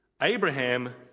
Abraham